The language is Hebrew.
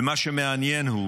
ומה שמעניין הוא